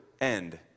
end